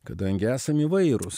kadangi esam įvairūs